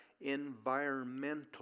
environmental